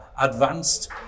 advanced